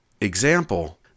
example